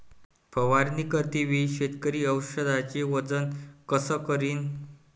फवारणी करते वेळी शेतकरी औषधचे वजन कस करीन?